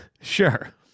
Sure